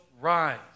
rise